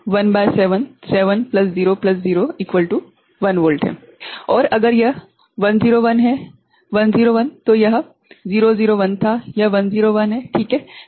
और अगर यह 101 है 101 तो यह 001 था यह 101 है ठीक है